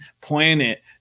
planet